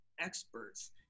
experts